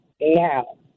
now